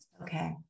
Okay